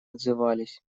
отзывались